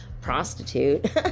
prostitute